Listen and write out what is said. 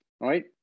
right